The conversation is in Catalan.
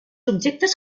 objectes